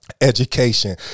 education